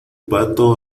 pato